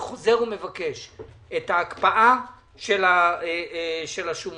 וחוזר ומבקש את ההקפאה של השומות